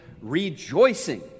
rejoicing